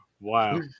Wow